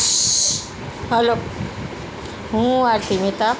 hello હું આરતી મહેતા